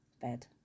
bed